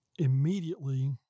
immediately